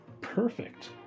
Perfect